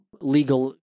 legal